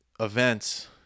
events